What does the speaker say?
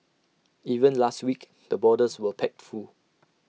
even last week the borders were packed full